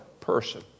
person